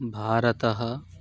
भारतम्